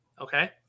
okay